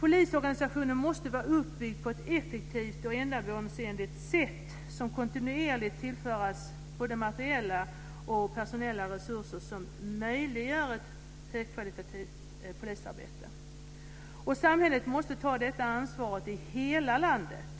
Polisorganisationen måste vara uppbyggd på ett effektivt och ändamålsenligt sätt samt kontinuerligt tillföras både materiella och personella resurser som möjliggör ett högkvalitativt polisarbete. Samhället måste ta detta ansvar i hela landet.